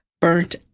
burnt